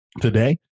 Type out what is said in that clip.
Today